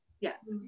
yes